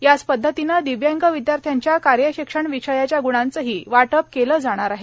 याच पद्धतीनं दिव्यांग विद्यार्थ्यांच्या कार्यशिक्षण विषयाच्या ग्णांचंही वाटप केलं जाणार आहे